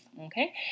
Okay